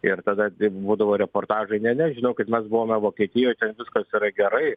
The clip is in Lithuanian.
ir tada tai būdavo reportažai ne ne žinokit mes buvome vokietijoj ten viskas yra gerai